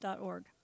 .org